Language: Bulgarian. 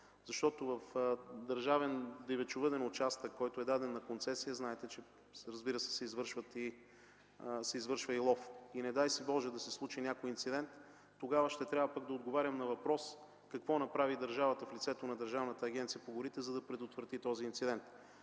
В държавен дивечовъден участък, даден на концесия, знаете разбира се, че се извършва и лов – не дай си Боже да се случи някой инцидент, тогава пък ще трябва да отговарям на въпрос какво направи държавата в лицето на Държавната агенция по горите, за да предотврати този инцидент.